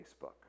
Facebook